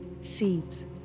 Seeds